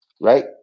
right